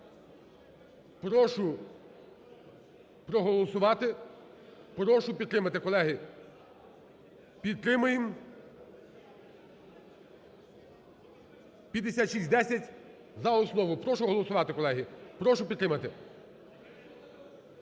Прошу проголосувати, прошу підтримати, колеги. Підтримуємо 5610 за основу, прошу голосувати, колеги, прошу підтримати.